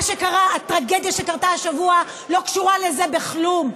מה שקרה, הטרגדיה שקרתה השבוע לא קשורה לזה בכלום.